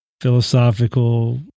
philosophical